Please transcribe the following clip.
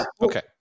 Okay